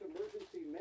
Emergency